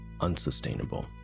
unsustainable